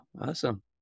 awesome